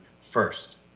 first